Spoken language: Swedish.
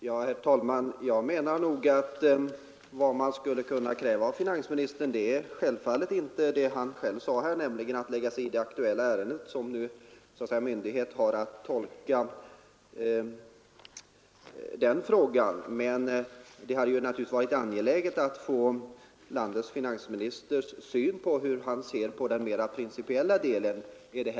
Herr talman! Jag menar självfallet inte att man kan kräva det som finansministern själv nämnde, dvs. att han lägger sig i det aktuella ärende som myndighet nu har att pröva. Men det hade naturligtvis varit angeläget att få veta vilken syn landets finansminister har på den mera principiella delen av frågan.